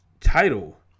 title